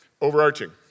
overarching